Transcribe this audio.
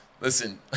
Listen